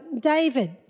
David